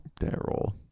Daryl